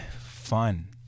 fun